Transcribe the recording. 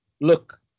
look